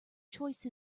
choice